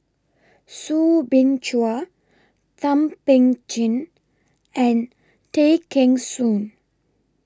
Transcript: Soo Bin Chua Thum Ping Tjin and Tay Kheng Soon